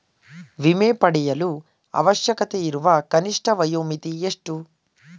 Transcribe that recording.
ವಿಮೆ ಪಡೆಯಲು ಅವಶ್ಯಕತೆಯಿರುವ ಕನಿಷ್ಠ ವಯೋಮಿತಿ ಎಷ್ಟು?